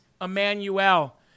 Emmanuel